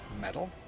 metal